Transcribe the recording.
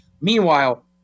Meanwhile